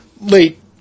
late